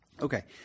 Okay